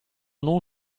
non